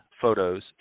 photos